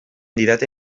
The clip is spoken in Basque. didate